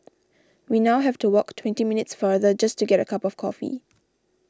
we now have to walk twenty minutes farther just to get a cup of coffee